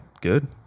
good